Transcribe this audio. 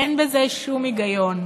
אין בזה שום היגיון.